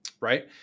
right